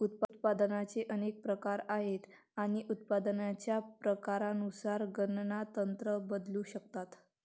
उत्पादनाचे अनेक प्रकार आहेत आणि उत्पादनाच्या प्रकारानुसार गणना तंत्र बदलू शकतात